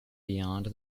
beyond